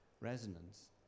resonance